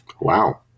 Wow